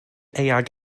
eang